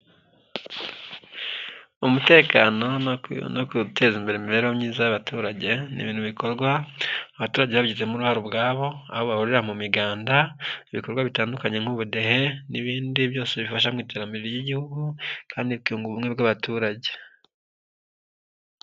Umutekano no ku guteza imbere imibereho myiza y'abaturage, ni ibintu bikorwa abaturage babigizemo uruhare ubwabo, aho bahurira mu miganda, ibikorwa bitandukanye nk'ubudehe n'ibindi byose bifasha mu iterambere ry'igihugu kandi bikunga ubumwe bw'abaturage.